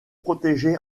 protégée